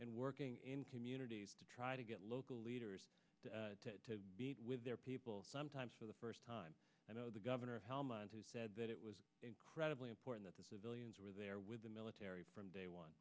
and working in communities to try to get local leaders to be with their people sometimes for the first time i know the governor of helmand who said that it was incredibly important that the civilians were there with the military from day one